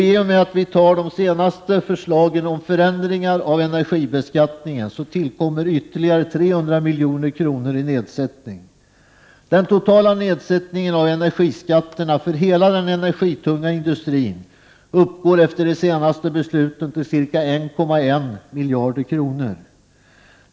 I och med att vi fattar beslut enligt det senaste förslaget om förändringen av energibeskattningen tillkommer ytterligare 300 milj.kr. i nedsättning. Den totala nedsättningen av energiskatterna för hela den energiintensiva industrin uppgår efter de senaste besluten till ca 1,1 miljard kronor.